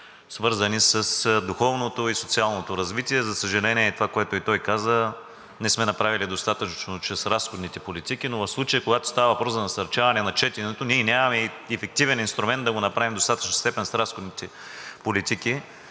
свързани с духовното и социалното развитие. За съжаление, това, което и той каза, не сме направили достатъчно чрез разходните политики. Но в случая, когато става въпрос за насърчаване на четенето, ние нямаме ефективен инструмент да го направим в достатъчна степен с разходните политики.